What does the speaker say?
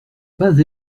pas